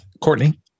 Courtney